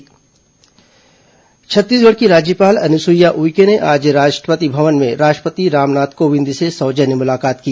राज्यपाल मुलाकात छत्तीसगढ़ की राज्यपाल अनुसुईया उइके ने आज राष्ट्रपति भवन में राष्ट्रपति रामनाथ कोविंद से सौजन्य मुलाकात की